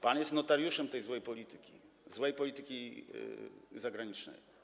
Pan jest notariuszem tej złej polityki, złej polityki zagranicznej.